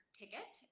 ticket